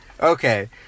okay